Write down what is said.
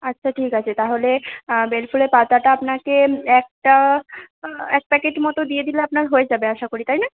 আচ্ছা ঠিক আছে তাহলে বেলফুলের পাতাটা আপনাকে একটা এক প্যাকেট মতো দিয়ে দিলে আপনার হয়ে যাবে আশা করি তাই না